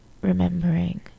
remembering